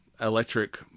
electric